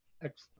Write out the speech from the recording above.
Excellent